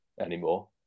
anymore